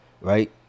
right